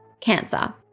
Cancer